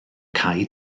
cae